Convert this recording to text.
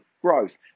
Growth